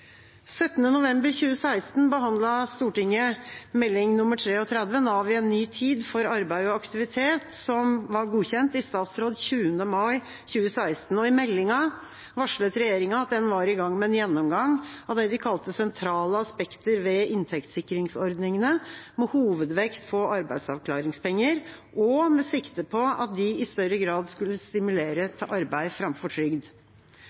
november 2016 behandlet Stortinget Meld. St. 33 for 2015–2016, NAV i en ny tid – for arbeid og aktivitet, som var godkjent i statsråd 20. mai 2016. I meldinga varslet regjeringa at den var i gang med en gjennomgang av det de kalte «sentrale aspekter ved inntektssikringsordningene, med hovedvekt på arbeidsavklaringspenger, med sikte på at de i større grad skal stimulere til arbeid framfor trygd.»